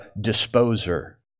disposer